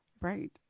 right